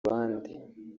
bandi